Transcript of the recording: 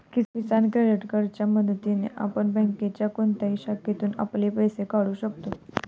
किसान credit कार्डच्या मदतीने आपण बँकेच्या कोणत्याही शाखेतून आपले पैसे काढू शकता